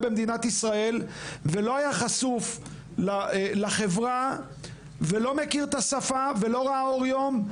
במדינת ישראל ולא היה חשוף לחברה ולא מכיר את השפה ולא ראה אור יום?